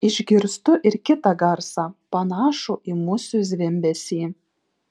išgirstu ir kitą garsą panašų į musių zvimbesį